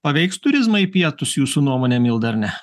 paveiks turizmą į pietus jūsų nuomone milda ar ne